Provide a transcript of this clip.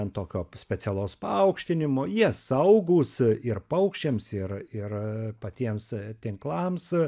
an tokio specialaus paaukštinimo jie saugūs ir paukščiams ir ir patiems tinklams